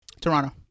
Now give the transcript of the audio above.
Toronto